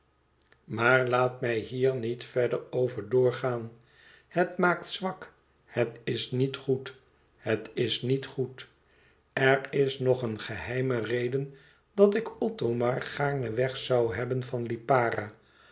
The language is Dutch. maar laat mij hier niet verder over doorgaan het maakt zwak het is niet goed het is niet goed er is nog een geheime reden dat ik othomar gaarne weg zoû hebben van lipara